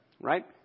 Right